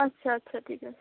আচ্ছা আচ্ছা ঠিক আছে